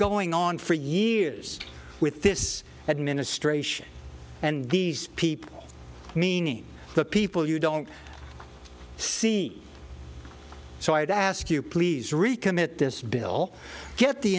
going on for years with this administration and these people meaning the people you don't see so i would ask you please recommit this bill get the